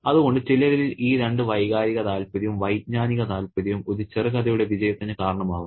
അതുകൊണ്ട് ചിലരിൽ ഈ രണ്ടും വൈകാരിക താൽപ്പര്യവും വൈജ്ഞാനിക താൽപ്പര്യവും ഒരു ചെറുകഥയുടെ വിജയത്തിന് കാരണമാകുന്നു